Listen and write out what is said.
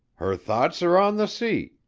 her thoughts are on the sea.